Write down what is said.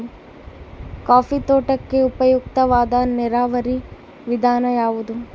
Coffee ತೋಟಕ್ಕೆ ಉಪಯುಕ್ತವಾದ ನೇರಾವರಿ ವಿಧಾನ ಯಾವುದು?